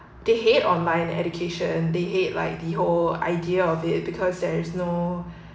they hate online education and they hate like the whole idea of it because there is no